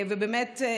באמת,